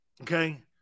Okay